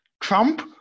Trump